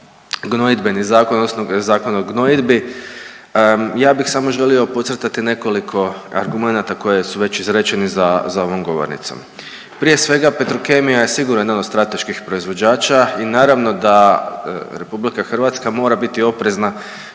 gnojidbeni zakon odnosno Zakon o gnojidbi. Ja bih samo želio podcrtati nekoliko argumenata koji su već izrečeni za ovom govornicom. Prije svega Petrokemija je sigurno jedan od strateških proizvođača i naravno da RH mora biti oprezna